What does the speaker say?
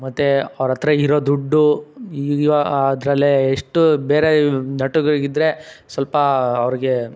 ಮತ್ತೆ ಅವರತ್ರ ಇರೋ ದುಡ್ಡು ಅದರಲ್ಲೆ ಎಷ್ಟು ಬೇರೆ ನಟರಿಗಿದ್ದರೆ ಸ್ವಲ್ಪ ಅವ್ರಿಗೆ